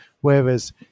whereas